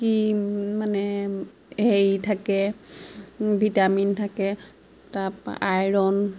কি মানে হেৰি থাকে ভিটামিন থাকে তাৰপৰা আইৰণ